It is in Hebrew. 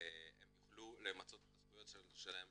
הם יוכלו למצות את הזכויות שלהם